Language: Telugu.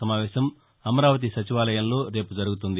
సమావేశం అమరావతి నచివాలయంలో రేపు జరగనుంది